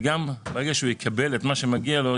וגם ברגע שהוא יקבל את מה שמגיע לו,